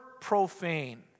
profane